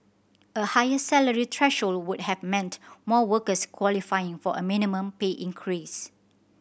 a higher salary threshold would have meant more workers qualifying for a minimum pay increase